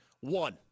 One